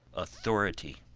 authority.